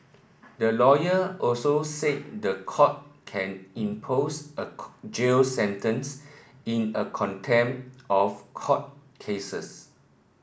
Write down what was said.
the lawyer also said the court can impose a jail sentence in a contempt of court cases